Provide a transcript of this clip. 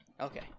Okay